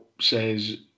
says